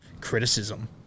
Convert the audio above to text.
criticism